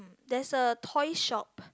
there's a toy shop